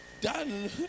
done